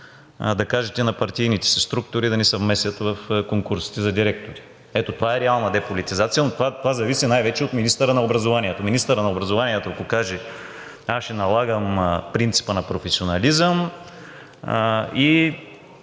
да кажете на партийните си структури да не се месят в конкурсите за директори. Ето това е реална деполитизация, но това зависи най-вече от министъра на образованието. Министърът на образованието ако каже: аз ще налагам принципа на професионализъм и